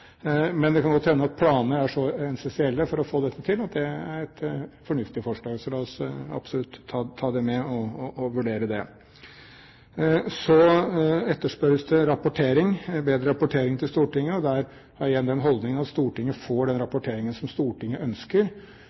Men det kan godt hende at planene er så essensielle for å få dette til, at det er et fornuftig forslag, så la oss absolutt ta det med og vurdere det. Så etterspørres det bedre rapportering til Stortinget. Der har jeg den holdning at Stortinget får den rapporteringen som Stortinget ønsker.